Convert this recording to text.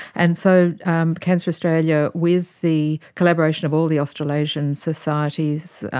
and so um cancer australia, with the collaboration of all the australasian societies,